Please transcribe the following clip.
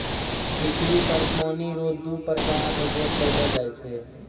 पृथ्वी पर पानी रो दु प्रकार रो पैलो जाय छै